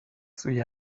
سوی